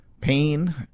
pain